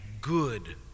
good